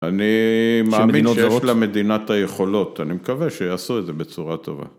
אני מאמין שיש למדינה את היכולות, אני מקווה שיעשו את זה בצורה טובה.